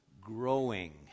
growing